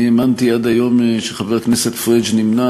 אני האמנתי עד היום שחבר הכנסת פריג' נמנה